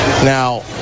Now